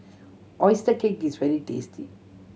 oyster cake is very tasty